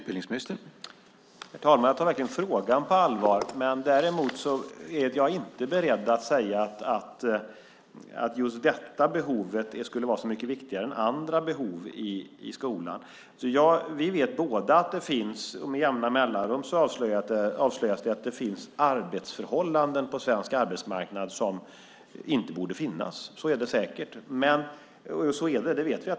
Herr talman! Jag tar verkligen frågan på allvar, men däremot är jag inte beredd att säga att just detta behov skulle vara så mycket viktigare än andra behov i skolan. Vi vet båda att det med jämna mellanrum avslöjas att det finns arbetsförhållanden på svensk arbetsmarknad som inte borde finnas. Så är det. Det vet vi.